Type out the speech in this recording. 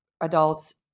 adults